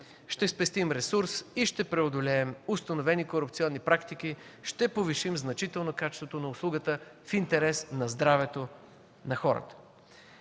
ще спестим ресурс и ще преодолеем установени корупционни практики, ще повишим значително качеството на услугата в интерес на здравето на хората.